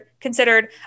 considered